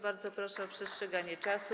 Bardzo proszę o przestrzeganie czasu.